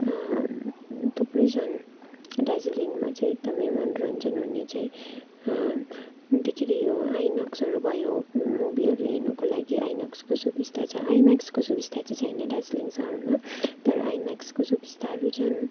थुप्रै छन् दार्जिलिङमा चाहिँ एकदमै मनोरञ्जन हुने चाहिँ भन्दाखेरि यो आइनक्सहरू भयो मुभिहरू हेर्नको लागि आइनक्सको सुबिस्ता छ आइमेक्सको सुबिस्ता चाहिँ छैन दार्जिलिङ शहरमा आइनक्सको सुबिस्ताहरू छन्